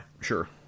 Sure